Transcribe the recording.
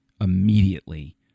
immediately